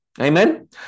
Amen